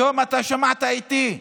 היום אתה שמעת איתי,